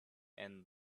and